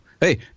Hey